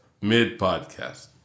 mid-podcast